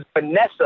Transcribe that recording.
Vanessa